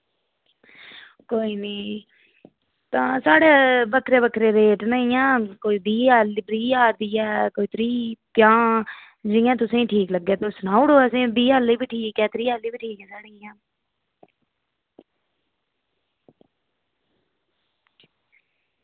कोई निं तां साढ़े बक्खरे बक्खरे रेट न इंया कोई बीह् ज्हार दी ऐ कोई त्रीह् पंजाह् ते जियां तुसेंगी ठीक लग्गे तुस सनाई ओड़ो ऐल्ले बी ठीक ऐ त्रीह् ज्हार दी बी ठीक साढ़ी